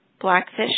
Blackfish